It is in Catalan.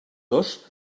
dos